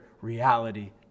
reality